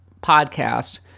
podcast